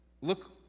look